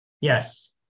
Yes